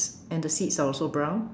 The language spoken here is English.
and the seats are also brown